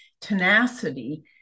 tenacity